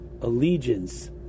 allegiance